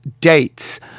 dates